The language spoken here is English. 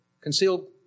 concealed